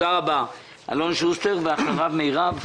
אלון שוסטר ואחריו מירב.